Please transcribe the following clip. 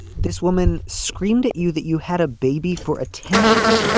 this woman screamed at you that you had a baby for attention